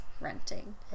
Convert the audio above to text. renting